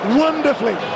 wonderfully